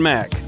Mac